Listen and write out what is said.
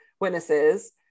witnesses